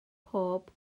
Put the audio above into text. pob